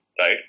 Right